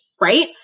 Right